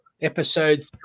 episode